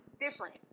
different